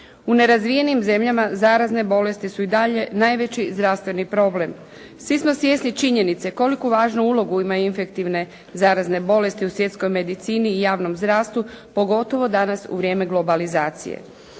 U nerazvijenim zemljama zarazne bolesti su i dalje najveći zdravstveni problem. Svi smo svjesni činjenice koliku važnu ulogu imaju infektivne zarazne bolesti u svjetskoj medicini i javnom zdravstvu pogotovo danas u vrijeme globalizacije.